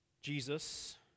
Jesus